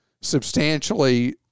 substantially